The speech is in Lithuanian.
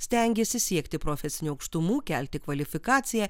stengiesi siekti profesinių aukštumų kelti kvalifikaciją